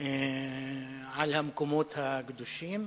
על המקומות הקדושים.